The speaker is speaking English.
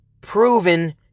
proven